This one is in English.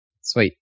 Sweet